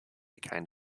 kind